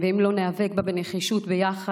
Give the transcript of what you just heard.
ואם לא ניאבק בה בנחישות ביחד,